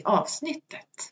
avsnittet